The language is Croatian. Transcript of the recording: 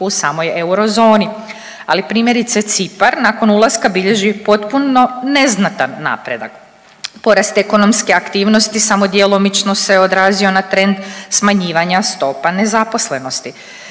u samoj eurozoni. Ali primjerice Cipar nakon ulaska bilježi i potpuno neznatan napredak. Porast ekonomske aktivnosti samo djelomično se odrazio na trend smanjivanja stopa nezaposlenosti.